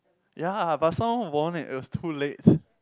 ya but someone won it it was too late